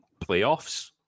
playoffs